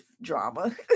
drama